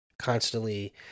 constantly